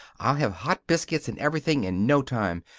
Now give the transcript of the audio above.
i'll have hot biscuits and everything in no time.